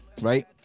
right